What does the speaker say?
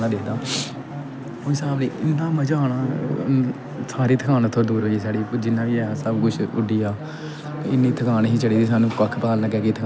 कोई साह्ब नीं कि'न्ना मजा आना हा सारी थकान दूर होई ही साढ़ी सब किश हा ओह् उड़िया थकान इ'न्नी ही चढ़ी दी साह्नू कक्ख पता नीं लगेआ कि थकान बी होंदी कुछ कुछ नेई